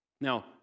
Now